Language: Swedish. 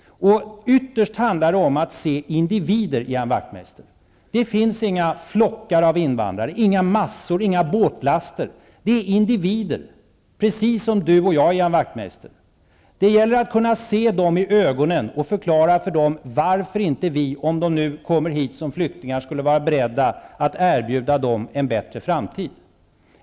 Ytterst handlar det om att se individer, Ian Wachtmeister. Det finns inga flockar, inga massor, inga båtlaster av invandrare. Det rör sig om individer, precis som Ian Wachtmeister och jag. Det gäller att kunna se dem i ögonen och förklara för dem varför inte vi skulle vara beredda att erbjuda dem en bättre framtid, om de nu kommer hit som flyktingar.